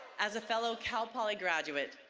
as a fellow cal poly graduate,